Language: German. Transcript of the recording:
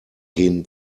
gehen